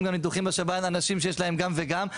גם ניתוחים בשב"ן אנשים שיש להם גם וגם,